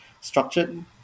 structured